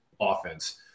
offense